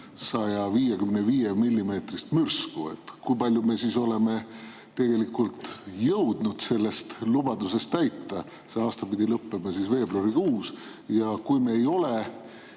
mürsku. Kui palju me siis oleme tegelikult jõudnud sellest lubadusest täita? See aasta pidi lõppema veebruarikuus. Kui me ei ole